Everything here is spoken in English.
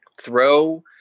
throw